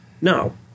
No